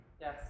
Yes